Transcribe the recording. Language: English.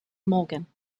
morgan